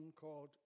called